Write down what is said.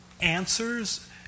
answers